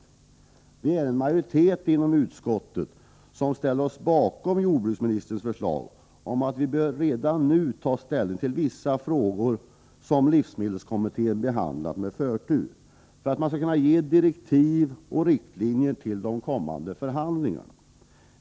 En majoritet inom utskottet har ställt sig bakom jordbruksministerns förslag om att redan nu ta ställning till vissa frågor, som livsmedelskommittén har behandlat med förtur för att man skall kunna ge riktlinjer och direktiv till de kommande förhandlingarna.